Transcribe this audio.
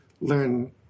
learn